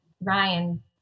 Ryan